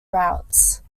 routes